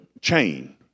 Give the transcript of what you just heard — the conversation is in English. chain